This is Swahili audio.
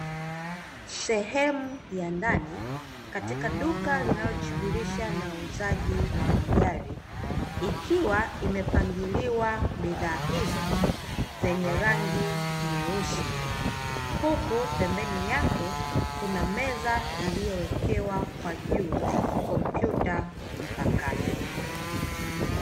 Sehemu ya ndani katika duka linalojishughulisha na uuzaji wa magari, ikiwa imepangiliwa bidhaa hizo zenye rangi nyeusi; huku pembeni yake kuna meza iliyowekewa kwa juu kompyuta mpakato.